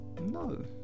no